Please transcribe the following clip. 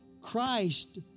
Christ